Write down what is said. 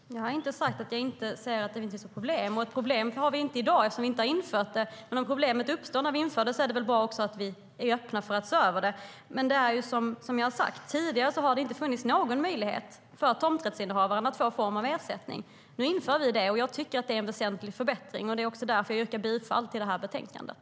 Fru talman! Jag har inte sagt att jag inte ser att det finns vissa problem. Det är problem vi inte har i dag eftersom vi inte har infört detta, men om problem uppstår när vi gör det är det väl bra att vi är öppna för att se över saken. Men som jag har sagt har det tidigare inte funnits någon möjlighet för tomträttshavaren att få någon form av ersättning. Nu inför vi det, och jag tycker att det är en väsentlig förbättring. Det är också därför jag yrkar bifall till förslaget i betänkandet.